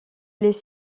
les